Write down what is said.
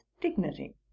dignity